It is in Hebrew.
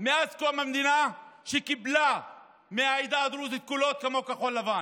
מאז קום המדינה שקיבלה מהעדה הדרוזית קולות כמו כחול לבן.